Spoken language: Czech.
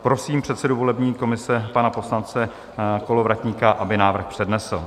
Prosím předsedu volební komise, pana poslance Kolovratníka, aby návrh přednesl.